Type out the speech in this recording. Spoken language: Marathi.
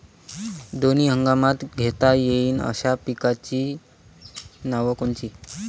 दोनी हंगामात घेता येईन अशा पिकाइची नावं कोनची?